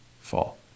fall